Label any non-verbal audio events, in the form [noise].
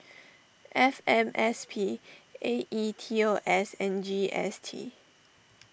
[noise] F M S P A E T O S and G S T